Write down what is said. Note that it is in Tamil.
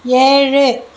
ஏழு